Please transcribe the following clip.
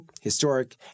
historic